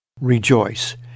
rejoice